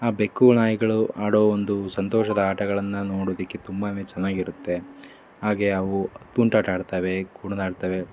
ಆ ಬೆಕ್ಕು ನಾಯಿಗಳು ಆಡೋ ಒಂದು ಸಂತೋಷದ ಆಟಗಳನ್ನು ನೋಡೋದಕ್ಕೆ ತುಂಬಾ ಚೆನ್ನಾಗಿರುತ್ತೆ ಹಾಗೇ ಅವು ತುಂಟಾಟ ಆಡ್ತವೆ ಕುಣಿದಾಡ್ತವೆ